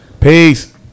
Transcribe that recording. peace